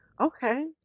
okay